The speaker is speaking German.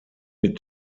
mit